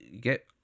Get